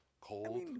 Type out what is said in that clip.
cold